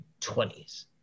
20s